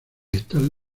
estas